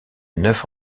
neuf